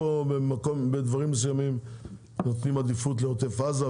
בדברים מסוימים נותנים עדיפות לעוטף עזה,